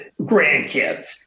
grandkids